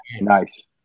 Nice